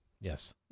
Yes